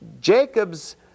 Jacob's